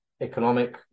economic